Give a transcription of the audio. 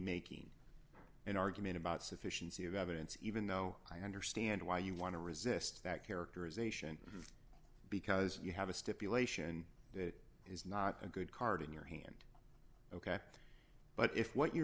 making an argument about sufficiency of evidence even though i understand why you want to resist that characterization because you have a stipulation that is not a good card in your hand ok but if what you're